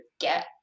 get